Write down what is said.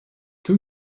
two